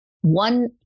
one